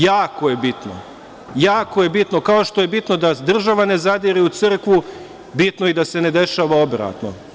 Jako je bitno kao što je bitno da država ne zadire u crkvu, bitno je i da se ne dešava obratno.